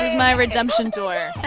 my redemption tour